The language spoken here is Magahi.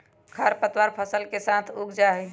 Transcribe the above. खर पतवार फसल के साथ उग जा हई